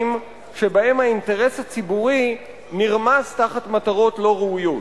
שבהם האינטרס הציבורי נרמס תחת מטרות לא ראויות.